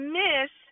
miss